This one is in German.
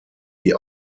die